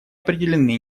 определены